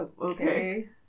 Okay